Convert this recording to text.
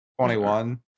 21